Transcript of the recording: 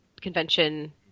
convention